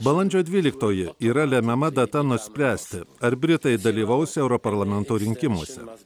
balandžio dvyliktoji yra lemiama data nuspręsti ar britai dalyvaus europarlamento rinkimuose mes